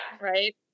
Right